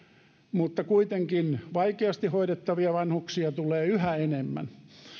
mutta kuitenkin vaikeasti hoidettavia vanhuksia tulee yhä enemmän